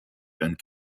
and